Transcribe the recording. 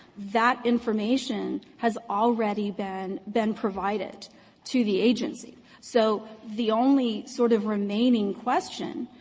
that information has already been been provided to the agency. so the only sort of remaining question